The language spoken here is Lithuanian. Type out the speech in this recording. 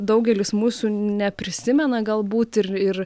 daugelis mūsų neprisimena galbūt ir ir